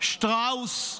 שטראוס,